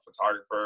photographer